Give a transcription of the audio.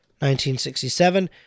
1967